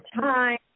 time